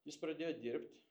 jis pradėjo dirbt